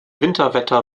winterwetter